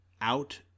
out